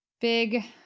Big